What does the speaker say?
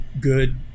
good